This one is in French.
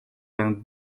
vingt